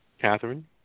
Catherine